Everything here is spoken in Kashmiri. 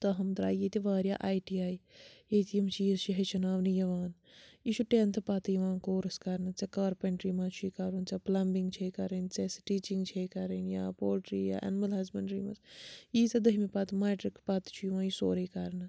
تاہم درٛایہِ ییٚتہِ واریاہ آی ٹی آی ییٚتہِ یِم چیٖز چھِ ہیٚچھناونہٕ یِوان یہِ چھُ ٹٮ۪نتھ پَتہٕ یِوان کورٕس کَرنہٕ ژےٚ کارپٮ۪نٛٹِرٛی منٛز چھُے کَرُن ژےٚ پٕلَمبِنٛگ چھے کَرٕنۍ ژےٚ سٕٹِچِنٛگ چھے کَرٕنۍ یا پولٹِرٛی یا اَنِمٕل ہَزبٮ۪نٛٹرٛی منٛز یہِ یی ژےٚ دٔہمہِ پَتہٕ میٹرِک پَتہٕ چھُ یِوان یہِ سورٕے کَرنہٕ